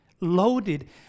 Loaded